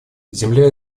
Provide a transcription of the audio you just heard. земля